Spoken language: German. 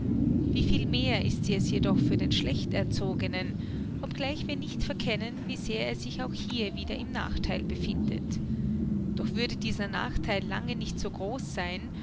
wie viel mehr ist sie es jedoch für den schlechterzogenen obgleich wir nicht verkennen wie sehr er sich auch hier wieder im nachtheil befindet doch würde dieser nachtheil lange nicht so groß sein